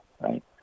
Right